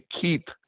keep